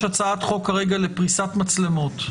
יש הצעת חוק כרגע לפריסת מצלמות.